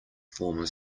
former